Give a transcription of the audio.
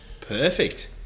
Perfect